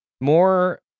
more